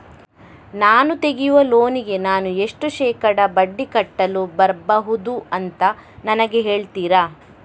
ನಾನು ತೆಗಿಯುವ ಲೋನಿಗೆ ನಾನು ಎಷ್ಟು ಶೇಕಡಾ ಬಡ್ಡಿ ಕಟ್ಟಲು ಬರ್ಬಹುದು ಅಂತ ನನಗೆ ಹೇಳ್ತೀರಾ?